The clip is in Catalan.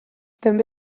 també